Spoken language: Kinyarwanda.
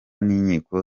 n’inkiko